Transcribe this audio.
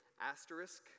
asterisk